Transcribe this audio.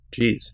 Jeez